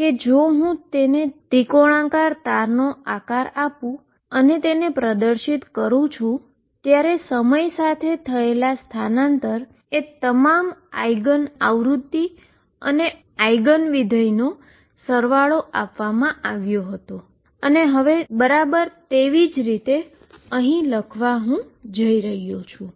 કે જો હું તેને ટ્રાઈન્ગ્યુલર તારનો આકાર આપું અને તેને પ્રદર્શિત કરું છું ત્યારે સમય સાથે થયેલા ડીસપ્લેસમેન્ટ એ તમામ આઈગન ફ્રીક્વન્સી અને આઈગન ફંક્શન્સનો સરવાળો આપવામાં આવ્યો હતો બરાબર તે જ રીતે લખવા હું જઈ રહ્યો છું